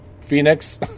phoenix